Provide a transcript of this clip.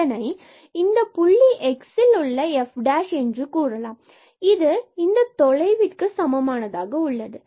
இதனை இந்த புள்ளி xல் உள்ள f' என இவ்வாறு கூறலாம் இது இந்த தொலைவிற்கு சமமானதாக உள்ளது